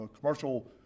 commercial